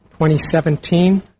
2017